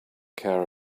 care